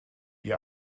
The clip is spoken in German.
die